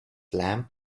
lamp